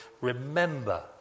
remember